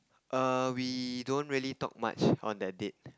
err we don't really talk much on that date